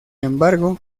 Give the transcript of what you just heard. embargo